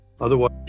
Otherwise